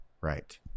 Right